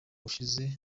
ushize